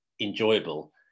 enjoyable